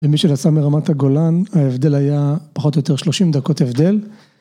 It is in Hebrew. למי שנסע מרמת הגולן ההבדל היה פחות או יותר שלושים דקות הבדל.